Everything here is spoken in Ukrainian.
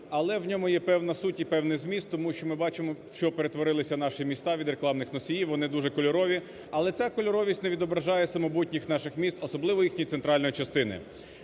але в ньому є певна суть і певний зміст, тому що ми бачимо в що перетворилися наші міста від рекламних носіїв – вони дуже кольорові. Але ця кольоровість не відображає самобутність наших міст, особливо їхньої центральної частини.